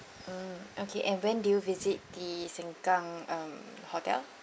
mm okay and when did you visit the Sengkang um hotel